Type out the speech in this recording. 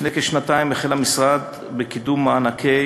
לפני כשנתיים החל המשרד בקידום מענקי